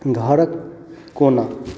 घरक कोना